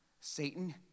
Satan